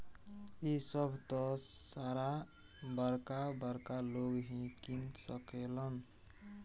इ सभ त सारा बरका बरका लोग ही किन सकेलन